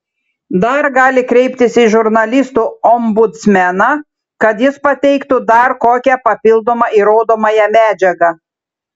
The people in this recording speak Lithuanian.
dar gali kreiptis į žurnalistų ombudsmeną kad jis pateiktų dar kokią papildomą įrodomąją medžiagą